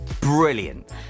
brilliant